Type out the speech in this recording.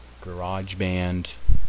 GarageBand